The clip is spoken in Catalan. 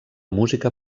música